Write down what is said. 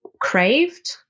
craved